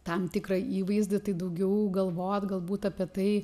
tam tikrą įvaizdį tai daugiau galvot galbūt apie tai